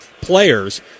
players